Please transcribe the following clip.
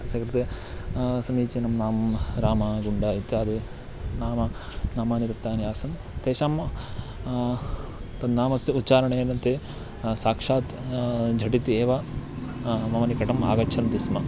तस्य कृते समीचीनं नाम राम गुड्डा इत्यादि नाम नामानि दत्तानि आसन् तेषां तन्नामस्य उच्चारणेन ते साक्षात् झटिति एव मम निकटम् आगच्छन्ति स्म